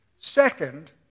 Second